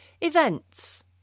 Events